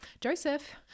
Joseph